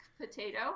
potato